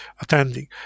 attending